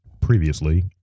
Previously